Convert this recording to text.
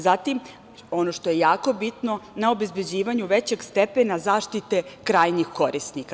Zatim, ono što je jako bitno, na obezbeđivanju većeg stepena zaštite krajnjih korisnika.